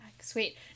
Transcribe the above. Sweet